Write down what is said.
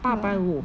八百五